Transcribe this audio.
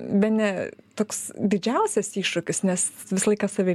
bene toks didžiausias iššūkis nes visą laiką save